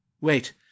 Wait